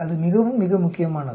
அது மிகவும் மிக முக்கியமானது